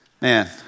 Man